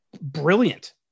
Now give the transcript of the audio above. brilliant